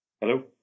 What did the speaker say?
Hello